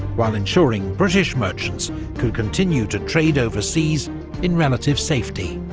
while ensuring british merchants could continue to trade overseas in relative safety.